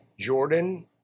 Jordan